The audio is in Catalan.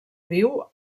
viu